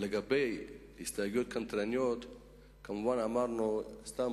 לגבי הסתייגויות קנטרניות כמובן אמרנו שסתם